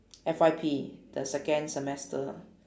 F_Y_P the second semester